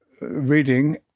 reading